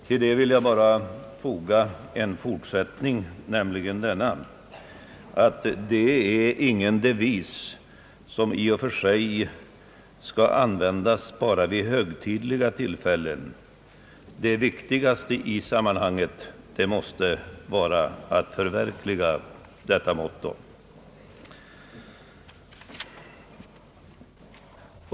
Till detta vill jag foga en fortsättning, nämligen att detta inte är en devis som endast skall användas vid högtidliga tillfällen. Det viktigaste i sammanhanget måste vara att förverkliga detta motto.